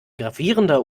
gravierender